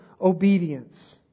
obedience